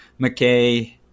McKay